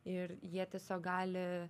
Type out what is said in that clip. ir jie tiesiog gali